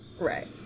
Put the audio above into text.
Right